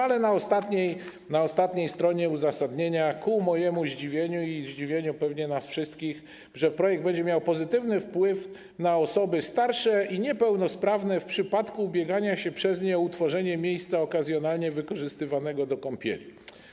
Ale na ostatniej stronie uzasadnienia, ku mojemu zdziwieniu i zdziwieniu pewnie nas wszystkich, jest napisane, że projekt będzie miał pozytywny wpływ na osoby starsze i niepełnosprawne w przypadku ubiegania się przez nie o utworzenie miejsca okazjonalnie wykorzystywanego do kąpieli.